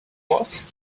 was